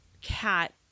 cat